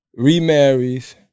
remarries